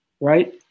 right